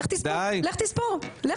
לך תספור לך,